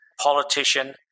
Politician